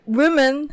women